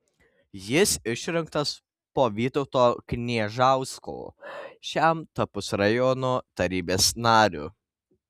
jis išrinktas po vytauto kniežausko šiam tapus rajono tarybos nariu